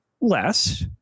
less